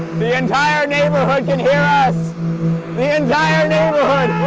the entire neighborhood can hear us the entire neighborhood